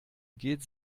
geht